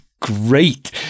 great